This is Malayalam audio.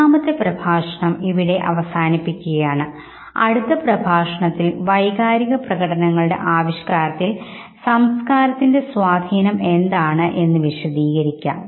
മൂന്നാമത്തെ പ്രഭാഷണം ഇവിടെ അവസാനിപ്പിക്കുകയാണ് അടുത്ത പ്രഭാഷണത്തിൽ വൈകാരിക പ്രകടനങ്ങളുടെ ആവിഷ്കാരത്തിൽ സംസ്കാരത്തിൻറെ സ്വാധീനം എന്താണ് എന്ന് വിശദീകരിക്കാം